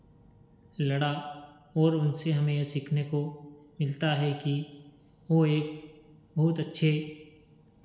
लड़ा ओर उनसे हमें यह सीखने को मिलता है कि वो एक बहुत अच्छे